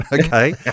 Okay